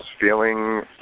feeling